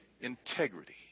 integrity